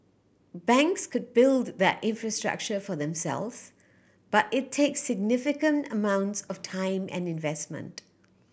banks could build that infrastructure for themselves but it takes significant amounts of time and investment